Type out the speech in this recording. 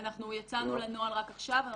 אנחנו יצאנו לנוהל רק עכשיו.